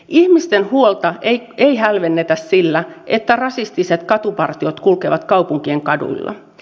ihmisten huolta ei hälvennetä sillä että rasistiset katupartiot kulkevat kaupunkien kaduilla